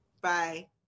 bye